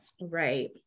Right